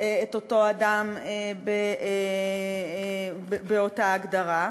את אותו אדם באותה הגדרה.